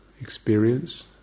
experience